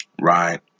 right